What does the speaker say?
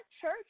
church